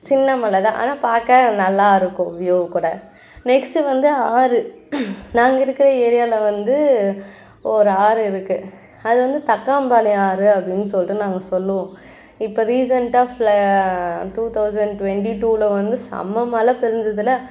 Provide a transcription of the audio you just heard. சின்ன மலை தான் ஆனால் பார்க்க நல்லா இருக்கும் வியூ கூட நெக்ஸ்ட்டு வந்து ஆறு நாங்கள் இருக்கிற ஏரியாவில வந்து ஒரு ஆறு இருக்கு அது வந்து தக்காம்பாளையம் ஆறு அப்படின்னு சொல்லிட்டு நாங்கள் சொல்லுவோம் இப்போ ரீசெண்ட்டாக ஃப்ல டூ தௌசண்ட் ட்வெண்ட்டி டூவில் வந்து செம மழ பெஞ்சதுல